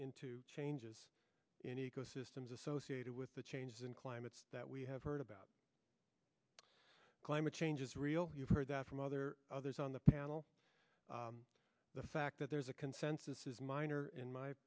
into changes in ecosystems associated with the changes in climate that we have heard about climate change is real you've heard that from other others on the panel the fact that there's a consensus is minor in my